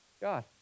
God